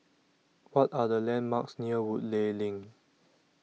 What Are The landmarks near Woodleigh LINK